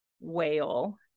whale